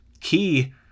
Key